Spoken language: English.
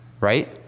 right